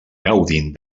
gaudint